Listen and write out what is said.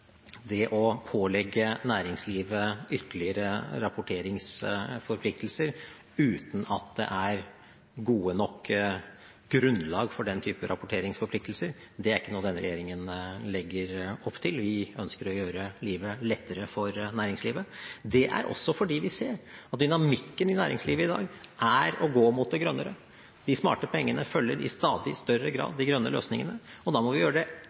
Det å pålegge næringslivet ytterligere rapporteringsforpliktelser uten at det er godt nok grunnlag for den typen rapporteringsforpliktelser, er ikke noe denne regjeringen legger opp til. Vi ønsker å gjøre livet lettere for næringslivet. Det er også fordi vi ser at dynamikken i næringslivet i dag er å gå mot det grønnere. De smarte pengene følger i stadig større grad de grønne løsningene, og da må vi gjøre det